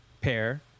pair